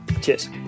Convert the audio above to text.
cheers